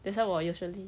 that's why 我 usually